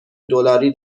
دلاری